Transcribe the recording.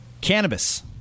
Cannabis